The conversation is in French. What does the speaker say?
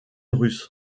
russe